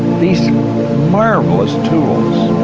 these marvelous tools,